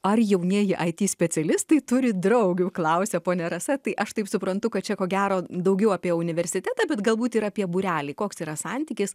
ar jaunieji it specialistai turi draugių klausia ponia rasa tai aš taip suprantu kad čia ko gero daugiau apie universitetą bet galbūt ir apie būrelį koks yra santykis